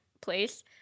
place